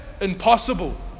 impossible